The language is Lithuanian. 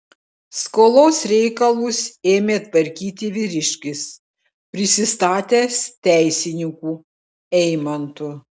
skolos reikalus ėmė tvarkyti vyriškis prisistatęs teisininku eimantu